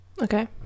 Okay